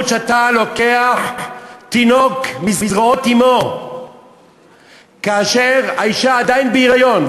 המשמעות שאתה לוקח תינוק מזרועות אמו כאשר האישה עדיין בהיריון.